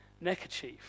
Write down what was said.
neckerchief